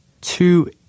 Two